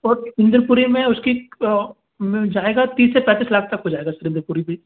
और इंद्रपुरी में उसकी मिल जाएगा तीस से पैंतीस लाख तक हो जाएगा सर इंद्रपुरी में